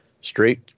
straight